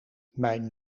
mijn